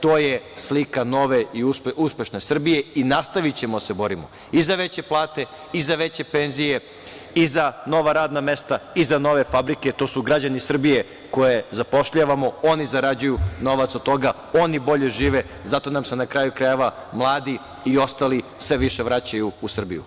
To je slika nove i uspešne Srbije i nastavićemo da se borimo i za veće plate i za veće penzije i za nova radna mesta i za nove fabrike, to su građani Srbije koje zapošljavamo, oni zarađuju novac od toga, oni bolje žive zato nam se na kraju krajeva mladi i ostali sve više vraćaju u Srbiju.